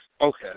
okay